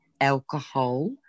alcohol